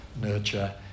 nurture